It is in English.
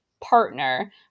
Partner